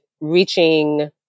reaching